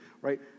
right